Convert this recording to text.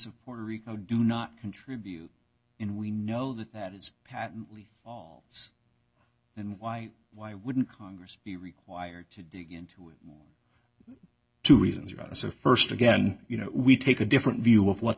of puerto rico do not contribute in we know that that is patently and why why wouldn't congress be required to dig into it two reasons rise of st again you know we take a different view of what